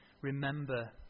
remember